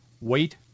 Wait